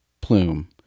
plume